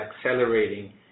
accelerating